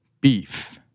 Beef